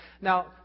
Now